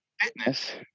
fitness